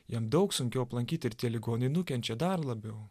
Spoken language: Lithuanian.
jam daug sunkiau aplankyti ir tie ligoniai nukenčia dar labiau